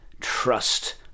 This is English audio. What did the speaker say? trust